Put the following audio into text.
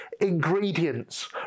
ingredients